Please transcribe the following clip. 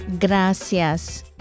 Gracias